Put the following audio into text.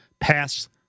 pass